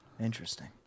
Interesting